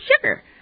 sugar